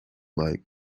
like